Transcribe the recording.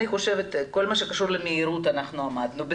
אני חושבת שבכל מה שקשור למהירות עמדנו,